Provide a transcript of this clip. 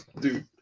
dude